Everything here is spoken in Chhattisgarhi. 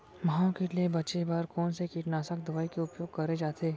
माहो किट ले बचे बर कोन से कीटनाशक दवई के उपयोग करे जाथे?